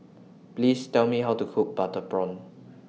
Please Tell Me How to Cook Butter Prawn